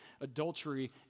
Adultery